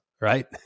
right